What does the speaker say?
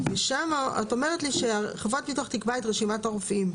ושם את אומרת לי שחברת הביטוח תקבע את רשימת הרופאים.